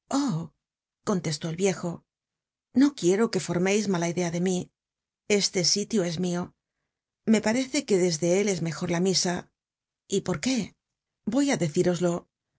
contestó el viejo no quiero que formeis mala idea de mí este sitio es mio me parece que desde él es mejor la misa y por qué voy á